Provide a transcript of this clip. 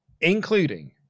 including